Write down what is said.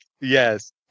Yes